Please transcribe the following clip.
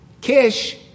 Kish